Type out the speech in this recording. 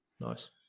Nice